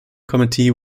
committee